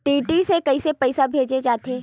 DD से कइसे पईसा भेजे जाथे?